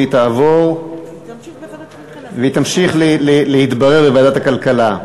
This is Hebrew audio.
והיא תמשיך להתברר בוועדת הכלכלה.